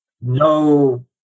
no